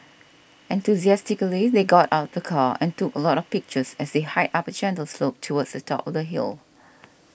enthusiastically they got out the car and took a lot of pictures as they hiked up a gentle slope towards the top of the hill